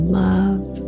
love